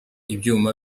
ibyuma